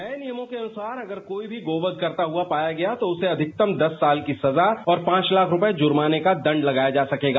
नए नियमों के अनुसार अगर कोई भी गौ वध करता पाया गया तो उसे अधिकतम दस साल की सजा और पांच लाख रूपये जुर्माने का दंड लगाया जा सकेगा